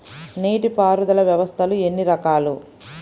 నీటిపారుదల వ్యవస్థలు ఎన్ని రకాలు?